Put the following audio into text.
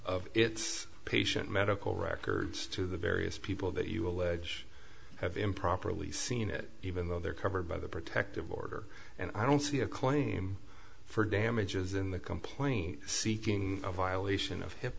of its patient medical records to the various people that you allege have improperly seen it even though they're covered by the protective order and i don't see a claim for damages in the complaint seeking a violation of hip